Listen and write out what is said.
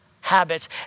habits